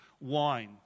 wine